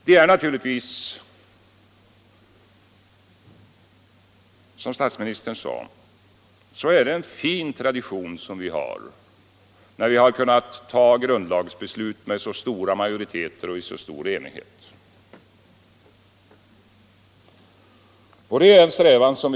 Det är naturligtvis, som statsministern sade, en fin tradition vi har, när vi har kunnat fatta grundlagsbeslut med stora majoriteter, och vi bör sträva efter att upprätthålla den traditionen.